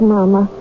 Mama